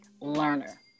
learner